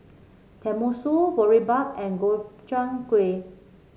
Tenmusu Boribap and Gobchang Gui